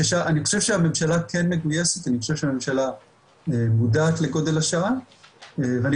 אני חושב שהממשלה כן מגויסת אני חושב שהממשלה מודעת לגודל השעה ואני